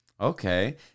okay